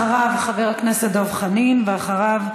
אחריו, חבר הכנסת דב חנין, ואחריו,